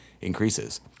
increases